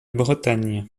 bretagne